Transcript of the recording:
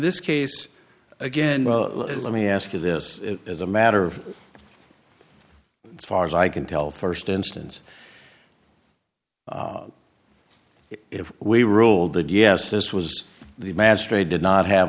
this case again well is let me ask you this as a matter of far as i can tell first instance if we ruled that yes this was the magistrate did not have